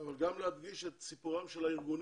אבל גם להדגיש את סיפורם של הארגונים.